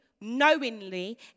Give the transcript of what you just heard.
knowingly